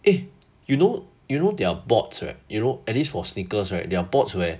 eh you know you know they're bots right you know at least for sneakers right they're bots where